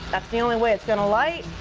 that's the only way it's going to light.